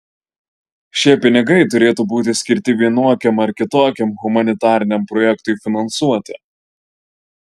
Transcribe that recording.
šie pinigai turėtų būti skirti vienokiam ar kitokiam humanitariniam projektui finansuoti